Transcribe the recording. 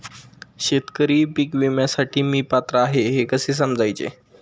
शेतकरी पीक विम्यासाठी मी पात्र आहे हे कसे समजायचे?